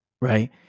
right